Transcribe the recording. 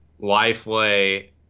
Lifeway